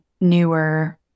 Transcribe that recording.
newer